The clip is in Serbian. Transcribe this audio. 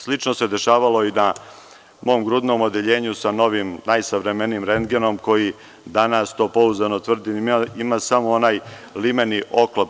Slično se dešavalo i na mom grudnom odeljenju sa novim, najsavremenijim rendgenom, koji danas, to pouzdano tvrdim, ima samo onaj limeni oklop.